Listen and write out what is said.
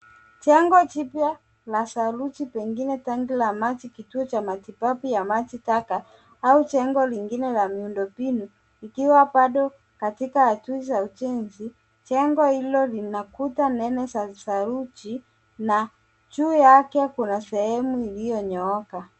Jengo jipya la saruji pengine tangi la maji, kituo cha matibabu ya maji taka au jengo lingine la miundombinu likiwa bado katika hatua za ujenzi. Jengo hilo lina kuta nene za saruji na juu yake kuna sehemu iliyonyooka.